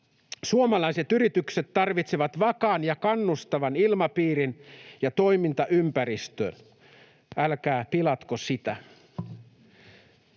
Suomalaiset yritykset tarvitsevat vakaan ja kannustavan ilmapiirin ja toimintaympäristön. Älkää pilatko sitä.